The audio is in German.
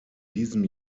diesem